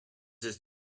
het